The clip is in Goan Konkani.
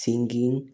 सिंगींग